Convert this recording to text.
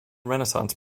renaissance